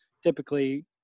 typically